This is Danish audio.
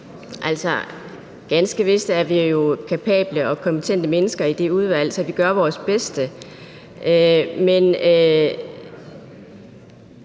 Ganske vist er vi jo kapable og kompetente mennesker i det udvalg, så vi gør vores bedste, men